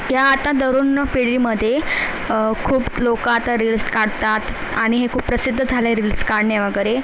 ह्या आता तरुण पिढीमधे खूप लोक आता रिल्स काढतात आणि हे खूप प्रसिद्ध झालं आहे रिल्स काढणे वगैरे